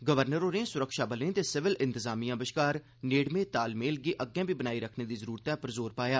governor होरें सुरक्षाबलें ते सिविल इंतजामिया बश्कार नेड़मे तालमेल गी अग्गे बी बनाई रक्खने दी जरूरतै पर जोर पाया